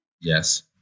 Yes